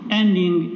ending